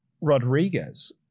Rodriguez